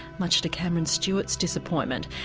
much to cameron stewart's disappointment.